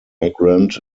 migrant